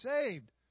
saved